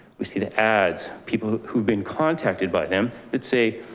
we see the ads, people who've been contacted by them would say,